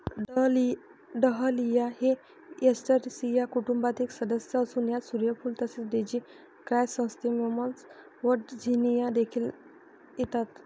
dahlia हे Asteraceae कुटुंबातील एक सदस्य असून यात सूर्यफूल तसेच डेझी क्रायसॅन्थेमम्स व झिनिया देखील येतात